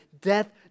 death